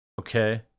Okay